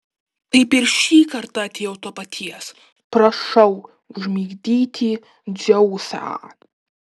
taip ir šį kartą atėjau to paties prašau užmigdyti dzeusą